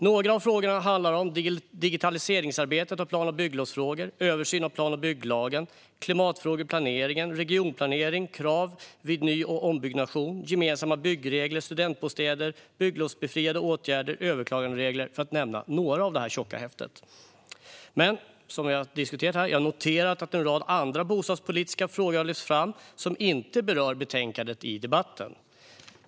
Några av de frågor det handlar om i detta tjocka häfte är digitaliseringsarbetet i plan och bygglovsfrågor, översyn av plan och bygglagen, klimatfrågor i planeringen, regionplanering, krav vid ny och ombyggnation, gemensamma byggregler, studentbostäder, bygglovsbefriade åtgärder och överklaganderegler. Jag har dock, som vi har diskuterat här, noterat att en rad andra bostadspolitiska frågor, som inte rör betänkandet, har lyfts fram i debatten.